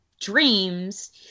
dreams